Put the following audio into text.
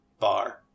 bar